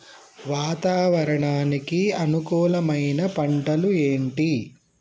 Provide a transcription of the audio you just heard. వాతావరణానికి అనుకూలమైన పంటలు ఏంటి?